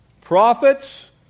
prophets